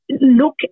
Look